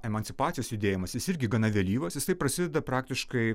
emancipacijos judėjimas jis irgi gana vėlyvas jisai prasideda praktiškai